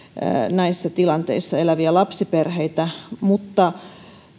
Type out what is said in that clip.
näissä tilanteissa eläviä lapsiperheitä mutta